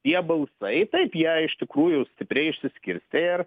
tie balsai taip jie iš tikrųjų stipriai išsiskirstę ir